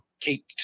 Kate